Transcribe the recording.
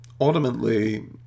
ultimately